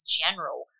general